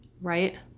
right